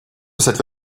спасать